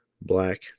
black